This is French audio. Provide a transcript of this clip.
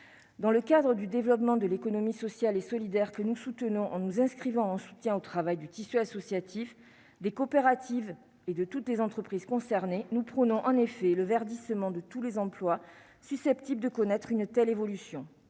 dans le cadre du développement de l'économie sociale et solidaire que nous soutenons en nous inscrivant soutien au travail du tissu associatif, des coopératives et de toutes les entreprises concernées, nous prenons en effet le verdissement de tous les emplois susceptibles de connaître une telle évolution,